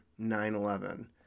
9/11